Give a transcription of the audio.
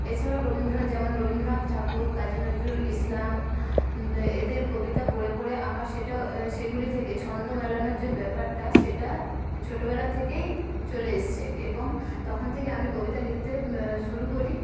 এছাড়াও রবিন্দ্র যেমন রবীন্দ্রনাথ ঠাকুর কাজী নজরুল ইসলাম এদের কবিতা পড়ে পড়ে আমার সেটা সেগুলি থেকে ছন্দ মেলানোর যে ব্যাপারটা সেটা ছোটোবেলা থেকেই চলে এসছে এবং তখন থেকে আমি কবিতা লিখতে শুরু করি